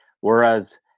Whereas